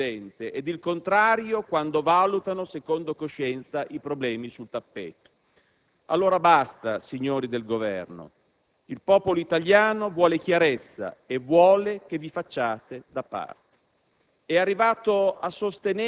sono bravi e buoni, signor Presidente, ed il contrario quando valutano secondo coscienza i problemi sul tappeto? Allora basta, signori del Governo: il popolo italiano vuole chiarezza e vuole che vi facciate da parte.